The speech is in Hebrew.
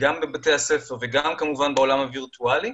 גם בבתי ספר וגם בעולם הווירטואלי.